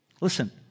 Listen